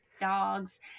dogs